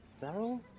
Barrel